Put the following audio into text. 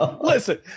listen